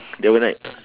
that one right